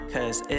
Cause